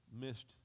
missed